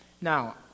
Now